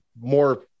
more